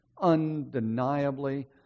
Undeniably